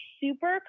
super